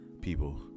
people